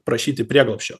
prašyti prieglobsčio